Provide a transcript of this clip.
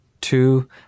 two